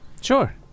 Sure